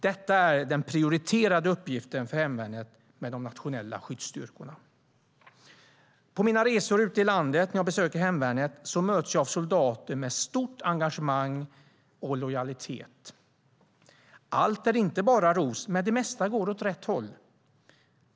Detta är den prioriterade uppgiften för hemvärnets nationella skyddsstyrkor. På mina resor ute i landet, när jag besöker hemvärnet, möts jag av soldater med ett stort engagemang och en stor lojalitet. Allt är inte bara ros, men det mesta går åt rätt håll.